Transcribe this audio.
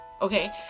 okay